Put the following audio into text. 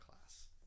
class